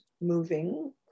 moving